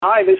Hi